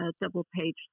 double-page